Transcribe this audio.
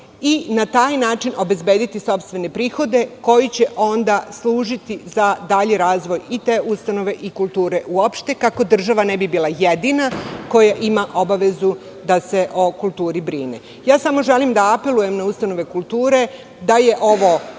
i na taj način obezbediti sopstvene prihode koji će služiti za dalji razvoj i te ustanove i kulture uopšte, kako država ne bi bila jedina koja ima obavezu da se o kulturi brine. Samo želim da apelujem na ustanove kulture da je ovo